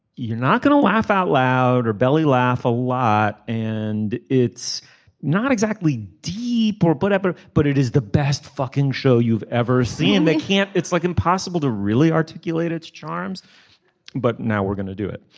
you're not going to laugh out loud or belly laugh a lot and it's not exactly deep or whatever but it is the best fucking show you've ever seen and they can't. it's like impossible to really articulate its charms but now we're gonna do it